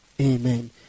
Amen